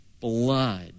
blood